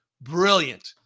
brilliant